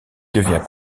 devient